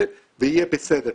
ויהיה בסדר.